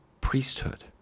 priesthood